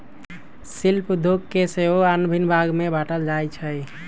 शिल्प उद्योग के सेहो आन भिन्न भाग में बाट्ल जाइ छइ